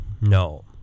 no